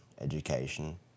education